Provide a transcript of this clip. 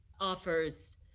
offers